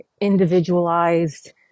individualized